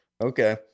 Okay